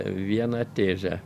vieną tezę